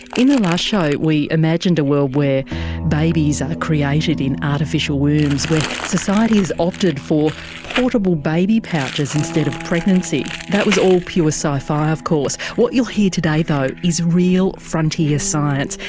in the last show we imagined a world where babies are created in artificial worms, where society has opted for portable baby pouches instead of pregnancy. that was all pure sci-fi of course. what you'll hear today though is real frontier science,